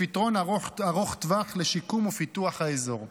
לפתרון ארוך טווח לשיקום ופיתוח האזור.